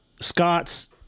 Scott's